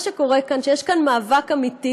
מה שקורה כאן, יש כאן מאבק אמיתי